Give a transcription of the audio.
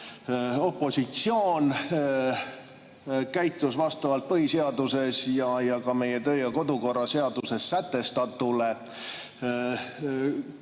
Opositsioon käitus vastavalt põhiseaduses ja ka meie kodu- ja töökorra seaduses sätestatule.